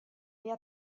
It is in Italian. via